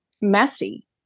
messy